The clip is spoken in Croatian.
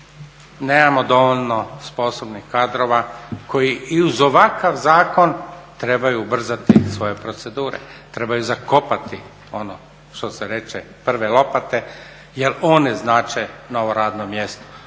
Nemamo dovoljno sposobnih kadrova koji i uz ovakav zakon trebaju ubrzati svoje procedure, trebaju zakopati ono što se reče prve lopate jer one znače novo radno mjesto,